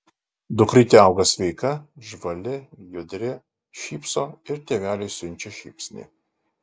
dukrytė auga sveika žvali judri šypso ir tėveliui siunčia šypsnį